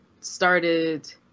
started